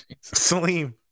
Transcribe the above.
Salim